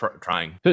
trying